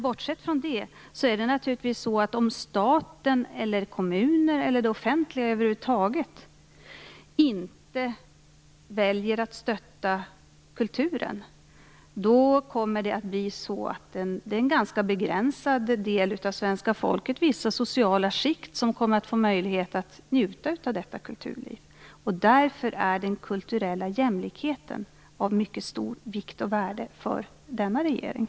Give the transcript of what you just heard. Bortsett från det blir det naturligtvis en ganska begränsad del av svenska folket - vissa sociala skikt - som kommer att få möjlighet att njuta av kulturlivet om staten, kommunen eller det offentliga över huvud taget inte väljer att stötta kulturen. Därför är den kulturella jämlikheten av mycket stor vikt och av stort värde för denna regering.